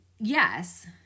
yes